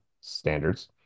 standards